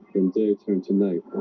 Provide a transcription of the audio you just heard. in daytime tonight